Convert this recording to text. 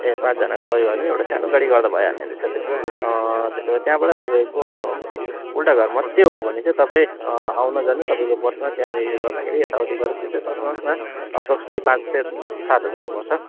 ए पाँचजनाको परिवार भने एउटा सानो गाडी गर्दा भइहाल्ने रहेछ त्यसो भए त्यसो भए त्यहाँबाट तपाईँको उल्टा घर मात्रै हो भने चाहिँ तपाईँ आउन जानु तपाईँको बसमा त्यहाँनिर गर्दाखेरि यताउति गरेर त्यस्तै सोच्नुहोस् न एप्रोक्सली पाँच से सात हजार पर्छ